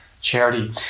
charity